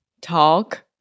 Talk